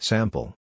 Sample